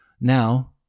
Now